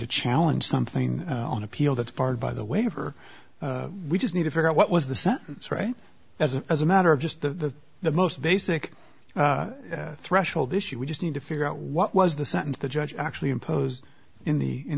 to challenge something on appeal that's barred by the waiver we just need to figure out what was the sentence right as a as a matter of just the the most basic threshold issue we just need to figure out what was the sentence the judge actually imposed in the in